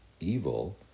evil